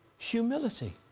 humility